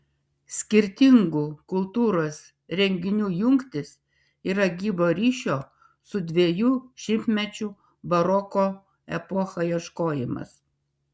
skirtingų kultūros renginių jungtys yra gyvo ryšio su dviejų šimtmečių baroko epocha ieškojimas